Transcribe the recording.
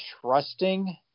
trusting